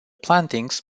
plantings